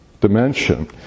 dimension